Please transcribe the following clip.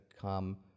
come